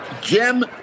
Jim